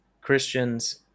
Christians